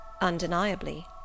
Undeniably